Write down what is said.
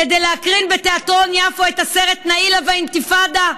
כדי להקרין בתיאטרון יפו את הסרט "נאילה והאינתיפאדה",